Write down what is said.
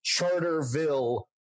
Charterville